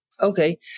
Okay